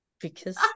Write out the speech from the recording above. Because-